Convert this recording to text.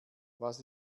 was